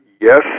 Yes